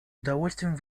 удовольствием